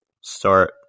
start